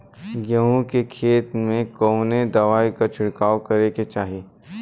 गेहूँ के खेत मे कवने दवाई क छिड़काव करे के चाही?